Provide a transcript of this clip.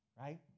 Right